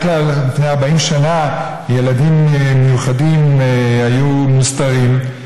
רק לפני 40 שנה ילדים מיוחדים היו מוסתרים,